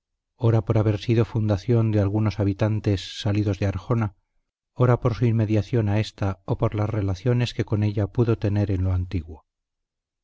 ora por haber sido fundación de algunos habitantes salidos de arjona ora por su inmediación a ésta o por las relaciones que con ella pudo tener en lo antiguo